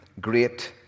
great